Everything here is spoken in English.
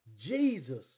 Jesus